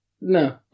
no